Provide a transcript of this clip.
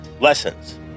Lessons